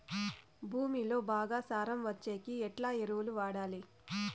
భూమిలో బాగా సారం వచ్చేకి ఎట్లా ఎరువులు వాడాలి?